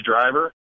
driver